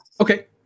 Okay